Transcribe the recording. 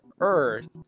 Earth